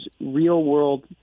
real-world